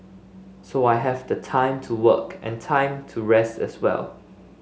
so I have the time to work and time to rest as well